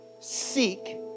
seek